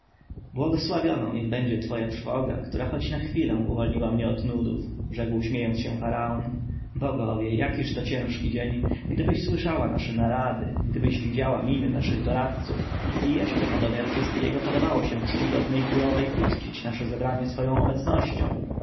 błogosławioną niech będzie twoja trwoga która choć na chwilę uwolniła mnie od nudów rzekł śmiejąc się faraon bogowie jakiż to ciężki dzień gdybyś słyszała nasze narady gdybyś widziała miny naszych doradców i jeszcze nadomiar wszystkiego podobało się czcigodnej królowej uczcić nasze zebranie swoją obecnością